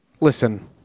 Listen